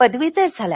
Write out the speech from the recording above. पदवीधर झाला